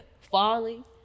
falling